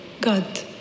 God